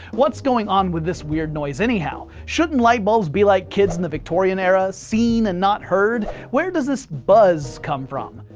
what's going on with this weird noise anyhow? shouldn't light bulbs be like kids in the victorian era seen and not heard? where does this buzz come from?